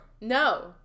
No